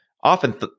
often